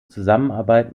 zusammenarbeit